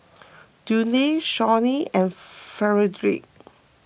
Dudley Shawnee and Frederic